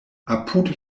apud